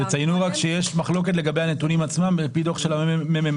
תציינו רק שיש מחלוקת לגבי הנתונים עצמם על פי הדוח של הממ"מ.